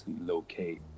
locate